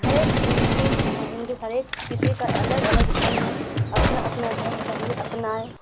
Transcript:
ہر ایک مسلم اور ہندو ہر ایک کسی کا الگ الگ دھرم ہے اپنا اپنا دھرم سب ہی اپنائے